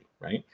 Right